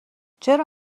چرا